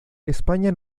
españa